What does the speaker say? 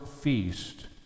feast